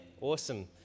Awesome